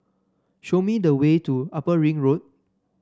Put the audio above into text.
show me the way to Upper Ring Road